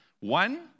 One